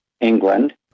England